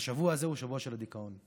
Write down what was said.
השבוע הזה הוא השבוע של הדיכאון,